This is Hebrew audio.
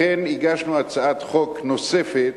לכן הגשנו הצעת חוק נוספת,